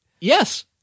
Yes